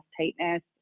tightness